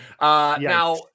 Now